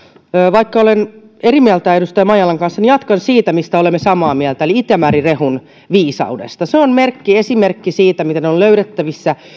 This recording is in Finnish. vaikka olen eri mieltä edustaja maijalan kanssa niin jatkan siitä mistä olemme samaa mieltä eli itämeren rehun viisaudesta se on esimerkki siitä miten on löydettävissä